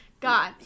God